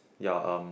ya um